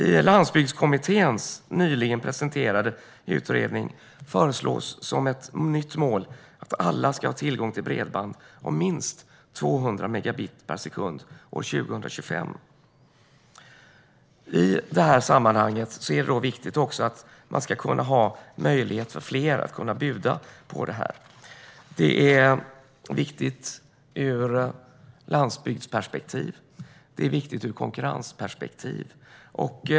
I Landsbygdskommitténs nyligen presenterade utredning föreslås som ett nytt mål att alla ska ha tillgång till bredband med minst 200 megabit per sekund år 2025. I det här sammanhanget är det viktigt att fler ska ha möjlighet att buda på rättigheterna. Det är viktigt ur landsbygdsperspektiv, och det är viktigt ur konkurrensperspektiv.